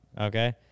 Okay